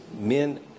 men